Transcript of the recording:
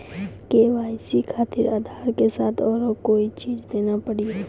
KYC खातिर आधार के साथ औरों कोई चीज देना पड़ी?